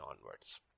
onwards